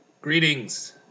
Greetings